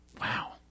Wow